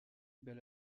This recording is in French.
bel